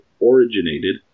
originated